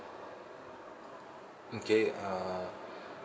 okay uh